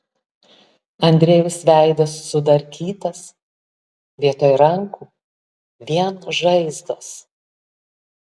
andrejaus veidas sudarkytas vietoj rankų vien žaizdos